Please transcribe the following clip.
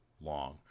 long